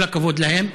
כל הכבוד להם,